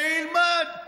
שילמד,